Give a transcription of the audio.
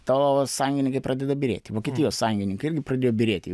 tavo sąjungininkai pradeda byrėti vokietijos sąjungininkai irgi pradėjo byrėti